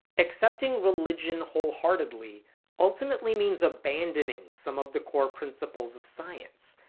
accepting religion wholeheartedly ultimately means abandoning some of the core principles of science.